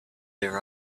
their